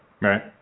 Right